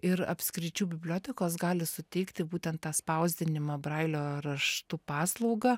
ir apskričių bibliotekos gali suteikti būtent tą spausdinimą brailio raštu paslaugą